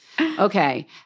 Okay